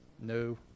no